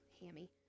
hammy